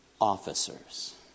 officers